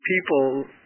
people